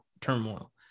turmoil